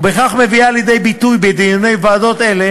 ובכך מביאה לידי ביטוי בדיוני ועדות אלה